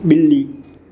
ॿिली